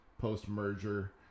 post-merger